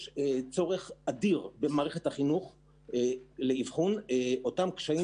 יש צורך אדיר במערכת החינוך לאבחון של קשיים